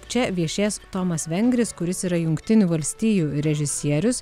čia viešės tomas vengris kuris yra jungtinių valstijų režisierius